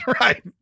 right